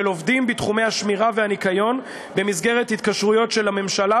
עובדים בתחומי השמירה והניקיון במסגרת התקשרויות של הממשלה,